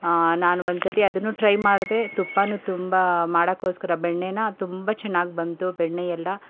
ಆಂ ನಾನು ಒಂದುಸತಿ ಅದನ್ನು ಟ್ರೈ ಮಾಡಿದೆ ತುಪ್ಪ ತುಂಬ ಮಾಡೋಕ್ಕೋಸ್ಕರ ಬೆಣ್ಣೆ ತುಂಬ ಚೆನ್ನಾಗ್ ಬಂತು ಬೆಣ್ಣೆಯೆಲ್ಲ